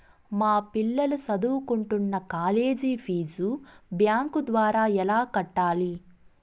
మా పిల్లలు సదువుకుంటున్న కాలేజీ ఫీజు బ్యాంకు ద్వారా ఎలా కట్టాలి?